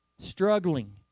struggling